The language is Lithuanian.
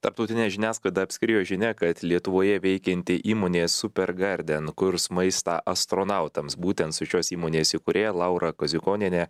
tarptautinę žiniasklaidą apskriejo žinia kad lietuvoje veikianti įmonė super garden kurs maistą astronautams būtent su šios įmonės įkūrėja laura kaziukoniene